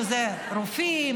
שזה רופאים,